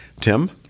Tim